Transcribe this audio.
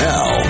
Now